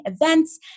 events